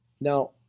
Now